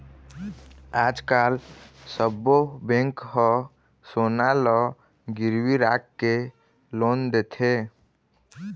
आजकाल सब्बो बेंक ह सोना ल गिरवी राखके लोन देथे